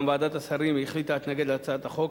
גם ועדת השרים החליטה להתנגד להצעת החוק.